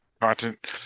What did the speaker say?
content